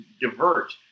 divert